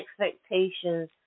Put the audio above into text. expectations